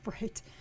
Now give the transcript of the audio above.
right